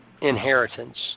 inheritance